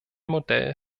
modell